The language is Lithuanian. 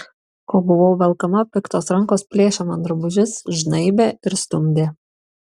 kol buvau velkama piktos rankos plėšė man drabužius žnaibė ir stumdė